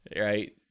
right